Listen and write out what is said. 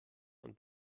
und